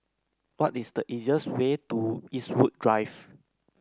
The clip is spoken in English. what is the easiest way to Eastwood Drive